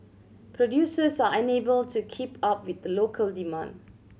producers are unable to keep up with local demand